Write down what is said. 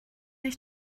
ich